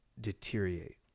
deteriorate